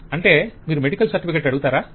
vendor అంటే మీరు medical certificate అడుగుతారేమో